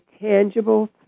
tangible